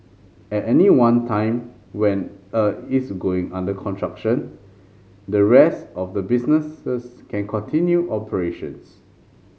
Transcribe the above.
at any one time when a is undergoing construction the rest of the businesses can continue operations